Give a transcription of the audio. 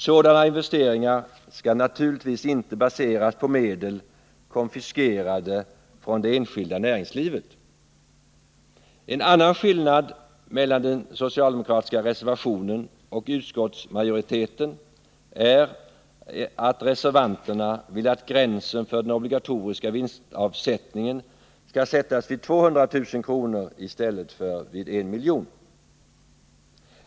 Sådana investeringar skall naturligtvis inte baseras på medel, konfiskerade från det enskilda näringslivet. En annan skillnad mellan den socialdemokratiska reservationen och utskottsmajoriteten är att reservanterna vill att gränsen för den obligatoriska vinstavsättningen skall sättas vid 200 000 kr. i stället för vid 1 miljon.